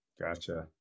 Gotcha